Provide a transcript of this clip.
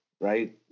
right